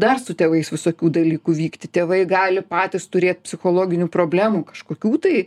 dar su tėvais visokių dalykų vykti tėvai gali patys turėt psichologinių problemų kažkokių tai